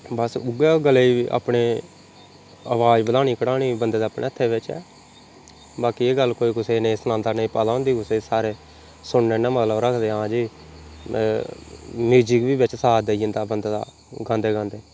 बस उयै गले गी अपने अवाज बधानी घटानी बन्दे दे अपने हत्थ बिच्च ऐ बाकी एह् गल्ल कोई कुसै गी नेईं सनांदा नेईं पता होंदी कुसै गी सारे सुन्नने कन्नै मतलब रखदे हां जी म्यूजिक बी बिच्च साथ देई जन्दा बन्दे दा गांदे गांदे